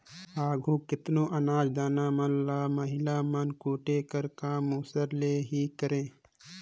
आघु केतनो अनाज दाना मन ल महिला मन कूटे कर काम मूसर ले ही करें